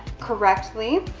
correctly.